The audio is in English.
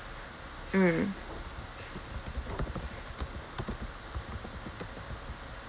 mm